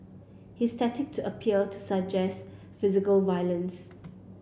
his tactic to appear to suggest physical violence